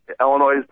Illinois